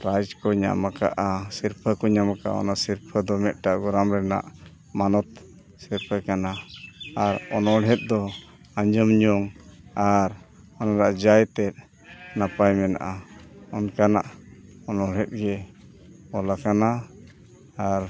prize ᱠᱚ ᱧᱟᱢ ᱟᱠᱟᱜᱼᱟ ᱥᱤᱨᱯᱟᱹ ᱠᱚ ᱧᱟᱢ ᱟᱠᱟᱣᱱᱟ ᱥᱤᱨᱯᱟᱹ ᱫᱚ ᱢᱤᱫᱴᱟᱹᱝ ᱟᱵᱚᱨᱚᱢ ᱨᱮᱱᱟᱜ ᱢᱟᱱᱚᱛ ᱥᱤᱨᱯᱟᱹ ᱠᱟᱱᱟ ᱟᱨ ᱚᱱᱚᱬᱦᱮᱫ ᱫᱚ ᱟᱸᱡᱚᱢ ᱡᱚᱝ ᱟᱨ ᱡᱟᱭ ᱛᱮᱫ ᱱᱟᱯᱟᱭ ᱢᱮᱱᱟᱜᱼᱟ ᱚᱱᱠᱟᱱᱟᱜ ᱚᱱᱚᱬᱦᱮᱫ ᱜᱮ ᱚᱞ ᱟᱠᱟᱱᱟ ᱟᱨ